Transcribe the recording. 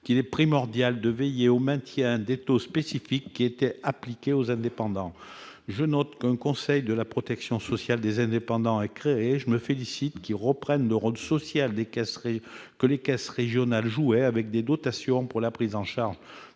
qu'il est primordial de veiller au maintien des taux spécifiques qui étaient appliqués aux indépendants. Je me réjouis que le conseil de la protection sociale des travailleurs indépendants qui est créé reprenne le rôle social que les caisses régionales jouaient avec des dotations pour la prise en charge